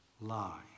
lie